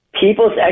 people's